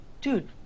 dude